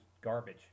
garbage